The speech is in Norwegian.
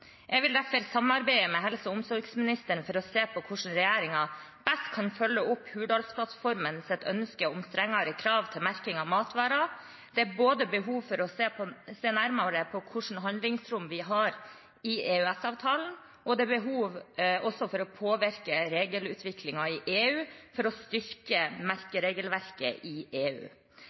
Jeg vil derfor samarbeide med helse- og omsorgsministeren for å se på hvordan regjeringen best kan følge opp Hurdalsplattformens ønske om strengere krav til merking av matvarer. Det er behov for å se nærmere på hvilket handlingsrom vi har i EØS-avtalen, og det er også behov for å påvirke regelutviklingen i EU for å styrke merkeregelverket i EU.